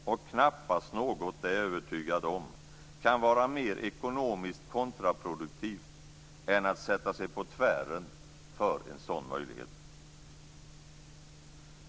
Och knappast något, det är jag övertygad om, kan vara mer ekonomiskt kontraproduktivt än att sätta sig på tvären för en sådan möjlighet.